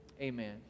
Amen